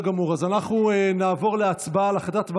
בסדר-היום ועוברים להצבעות על החלטות על החלת דין רציפות.